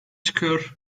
çıkıyor